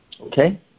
okay